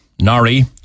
Nari